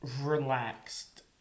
relaxed